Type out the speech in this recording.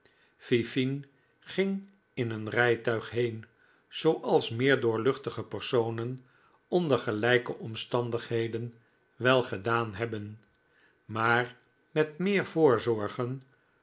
ging in een rijtuig heen zooals meer doorluchtige personen onder gelijke omstandigheden wel gedaan hebben maar met meer